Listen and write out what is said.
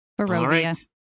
Barovia